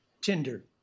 Tinder